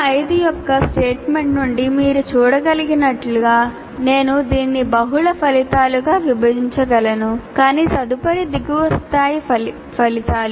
CO5 యొక్క statement నుండి మీరు చూడగలిగినట్లుగా నేను దానిని బహుళ ఫలితాలుగా విభజించగలను కాని తదుపరి దిగువ స్థాయి ఫలితాలు